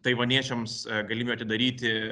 taivaniečiams galimybę atidaryti